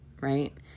right